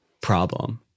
problem